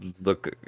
look